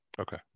Okay